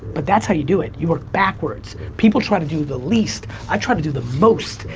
but that's how you do it, you work backwards. people try to do the least, i try to do the most,